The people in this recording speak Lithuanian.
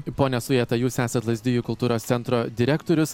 pone sujeta jūs esat lazdijų kultūros centro direktorius